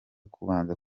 kubanza